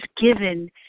given